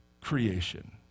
creation